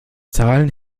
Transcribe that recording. zahlen